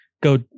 go